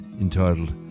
entitled